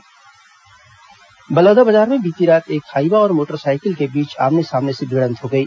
दुर्घटना बलौदाबाजार में बीती रात एक हाइवा और मोटर साइकिल के बीच आमने सामने से भिड़ंत हो गई